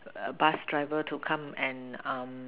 bus driver to come and